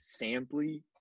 sampley